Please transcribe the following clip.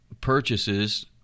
purchases